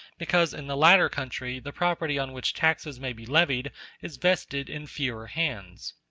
because in the latter country the property on which taxes may be levied is vested in fewer hands.